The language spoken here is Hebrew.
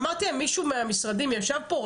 אמרתי להם מישהו מהמשרדים ישב פה?